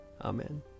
Amen